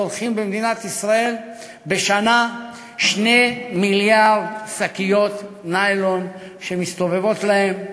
צורכים במדינת ישראל בשנה 2 מיליארד שקיות ניילון שמסתובבות להן.